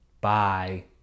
Bye